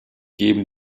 geben